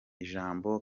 ijambo